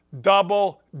Double